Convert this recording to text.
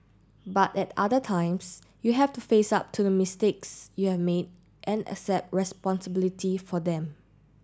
but at other times you have to face up to the mistakes you have made and accept responsibility for them